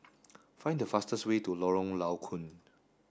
find the fastest way to Lorong Low Koon